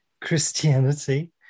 Christianity